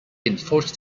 enforced